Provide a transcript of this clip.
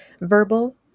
verbal